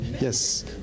yes